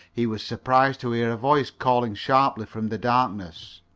he was surprised to hear a voice calling sharply from the darkness